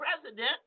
president